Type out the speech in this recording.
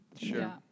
Sure